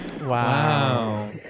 Wow